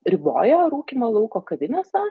riboja rūkymą lauko kavinėse